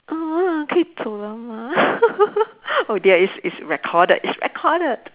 可以走了吗 oh dear it's it's recorded it's recorded